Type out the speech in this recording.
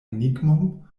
enigmon